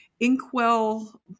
Inkwell